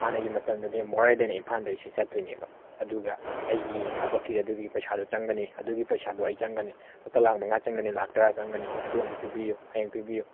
ꯍꯥꯟꯅꯒꯤ ꯃꯇꯝꯗꯗꯤ ꯃꯣꯔꯦꯗꯒꯤꯅ ꯏꯝꯐꯥꯜꯗꯩꯁꯦ ꯆꯠꯇꯣꯏꯅꯦꯕ ꯑꯗꯨꯒ ꯑꯩꯒꯤ ꯊꯕꯛꯀꯤ ꯑꯗꯨꯒꯤ ꯄꯩꯁꯥꯗꯣ ꯆꯪꯒꯅꯤ ꯑꯗꯨꯒꯤ ꯄꯩꯁꯥꯗꯣ ꯑꯩ ꯆꯪꯒꯅꯤ ꯂꯨꯄꯥ ꯂꯥꯛ ꯃꯉꯥ ꯆꯪꯒꯅꯤ ꯂꯥꯛ ꯇꯥꯔꯥ ꯆꯪꯒꯅꯤ ꯑꯗꯨ ꯑꯝꯇ ꯄꯤꯕꯤꯌꯨ ꯍꯌꯦꯡ ꯄꯤꯕꯤꯌꯨ